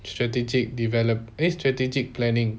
strategic develop eh strategic planning